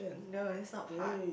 no it's not hard